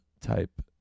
type